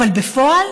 אבל בפועל,